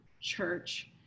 church